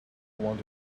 want